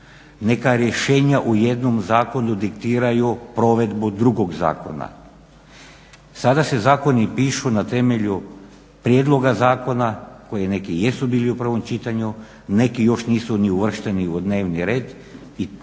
Neka rješenja u jednom zakonu diktiraju provedbu drugog zakona. Sada se zakoni pišu na temelju prijedloga zakona koji neki jesu bili u prvom čitanju, neki još nisu ni uvršteni u dnevni red i to